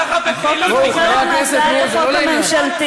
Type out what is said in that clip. עפר שלח, ועוד מחבר שלך?